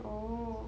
oh